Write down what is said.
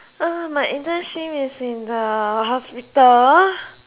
uh my English scheme is in the hospital